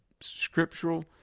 scriptural